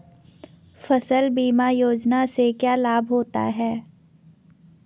फसल बीमा योजना से क्या लाभ होता है?